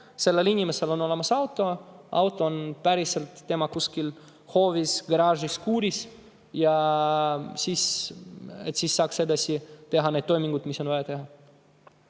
sellel inimesel on olemas auto, auto on päriselt kuskil tema hoovis, garaažis või kuuris, ja siis saab edasi teha neid toiminguid, mis on vaja teha.